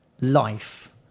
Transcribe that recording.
life